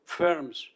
firms